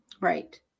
Right